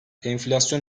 enflasyon